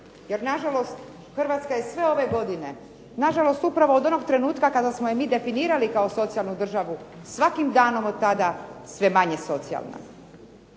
Jer nažalost Hrvatska je sve ove godine, nažalost upravo od onog trenutka kada smo je mi definirali kao socijalnu državu, svakim danom od tada sve manje socijalna.